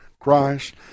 Christ